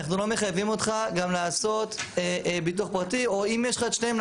אנחנו לא מחייבים אותך גם לעשות ביטוח פרטי או אם יש לך את שניהם,